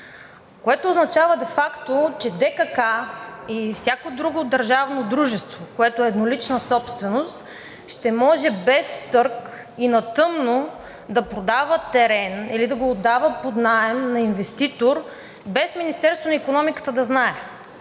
което означава де факто, че ДКК и всяко друго държавно дружество, което е еднолична собственост, ще може без търг и на тъмно да продава терен или да отдава под наем на инвеститор, без Министерството на икономиката да знае.